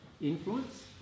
influence